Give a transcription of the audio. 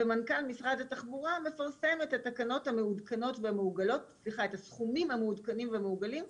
ומנכ"ל משרד התחבורה מפרסם את הסכומים המעודכנים והמעוגלים,